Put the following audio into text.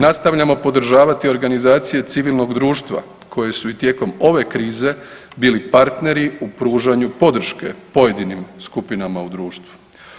Nastavljamo podržavati organizacije civilnog društva koje su i tijekom ove krize bili partneri u pružanju podrške pojedinim skupinama u društvu.